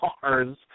cars